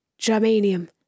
germanium